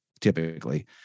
typically